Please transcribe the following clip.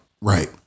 right